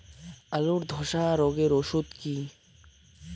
আলুর ধসা রোগের ওষুধ কি?